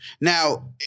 Now